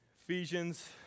Ephesians